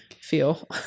feel